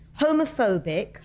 homophobic